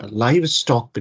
livestock